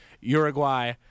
Uruguay